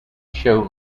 show